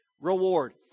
reward